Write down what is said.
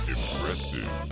Impressive